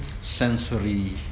sensory